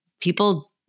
people